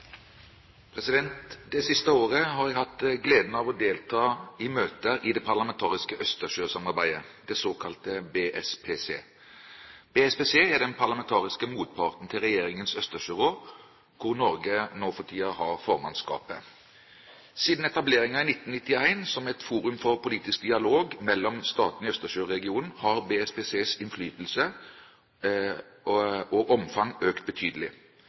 Det siste året har jeg hatt gleden av å delta i møter i det parlamentariske Østersjøsamarbeidet, det såkalte BSPC. BSPC er den parlamentariske motparten til regjeringens Østersjørådet, hvor Norge for tiden har formannskapet. Siden etableringen i 1991, som et forum for politisk dialog mellom statene i Østersjøregionen, har BSPCs innflytelse og omfang økt betydelig.